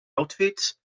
outfits